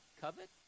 covet